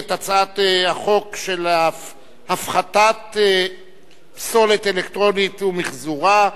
את הצעת חוק הפחתת פסולת אלקטרונית ומיחזורה.